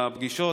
מפגישות,